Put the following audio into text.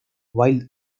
wild